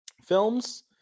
films